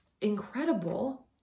incredible